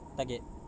target